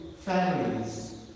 families